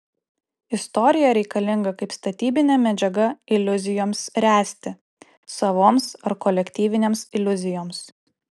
istorija reikalinga kaip statybinė medžiaga iliuzijoms ręsti savoms ar kolektyvinėms iliuzijoms